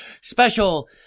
special